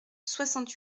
soixante